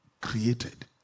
created